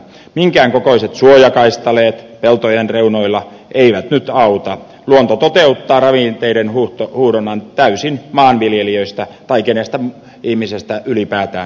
minkään kokoiset suojakaistaleet peltojen reunoilla eivät nyt auta luonto toteuttaa ravinteiden huuhdonnan täysin maanviljelijöistä tai kenestäkään ihmisestä ylipäätään riippumatta